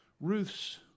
Ruth's